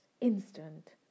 instant